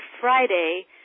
Friday